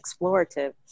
explorative